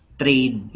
trade